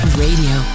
radio